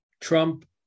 Trump